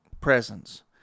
presence